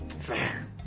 Fair